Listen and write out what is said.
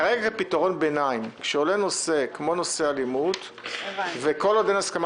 כרגע הפתרון ביניים הוא שכשעולה נושא כמו אלימות וכל עוד אין הסכמה